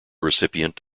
recipient